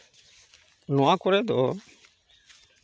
ᱱᱚᱣᱟ ᱠᱚᱨᱮ ᱫᱚ